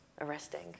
arresting